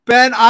Ben